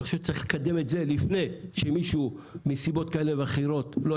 אני חושב שצריך לקדם את זה לפני שמישהו יפיל את זה מסיבות לא ענייניות.